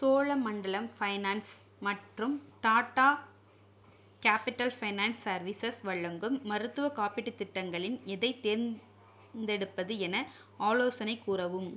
Cholamandalam finance மற்றும் Tata capital finance services வழங்கும் மருத்துவக் காப்பீட்டுத் திட்டங்களில் எதைத் தேர்ந்தெடுப்பது என ஆலோசனை கூறவும்